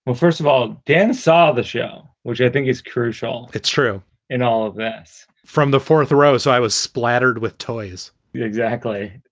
but first of all, dan saw the show, which i think is crucial. it's true in all of this from the fourth row so i was splattered with toys exactly.